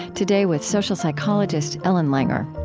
today, with social psychologist ellen langer.